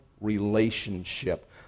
relationship